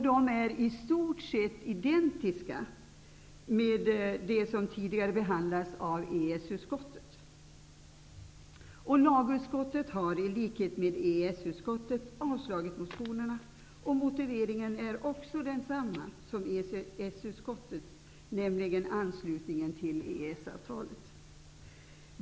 De är i stort sett identiska med dem som tidigare behandlades av EES utskottet. Lagutskottet har i likhet med EES utskottet avslagit motionerna. Motiveringen är också densamma som EES-utskottets, nämligen anslutningen till EES-avtalet.